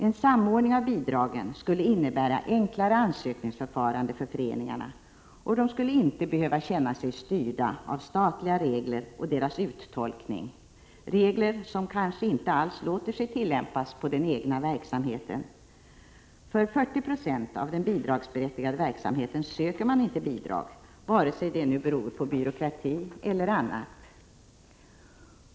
En samordning av bidragen skulle innebära enklare ansökningsförfarande för föreningarna, och de skulle inte behöva känna sig styrda av statliga regler och deras uttolkning. Dessa regler kanske inte alls låter sig tillämpas på den egna verksamheten — för 40 96 av den bidragsberättigade verksamheten söker man inte bidrag, vare sig det nu beror på byråkrati eller på något annat.